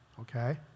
Okay